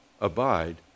abide